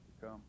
come